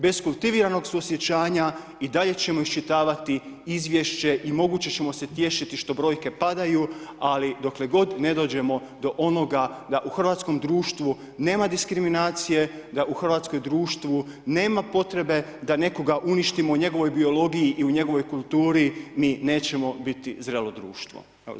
Bez kultiviranog suosjećanja i dalje ćemo iščitavati izvješće i moguće ćemo se tješiti što brojke padaju ali dokle god ne dođemo do onoga da u hrvatskom društvu nema diskriminacije, da u hrvatskom društvu nema potrebe da nekoga uništimo u njegovoj biologiji i u njegovoj kulturi, mi nećemo biti zrelo društvo.